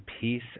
peace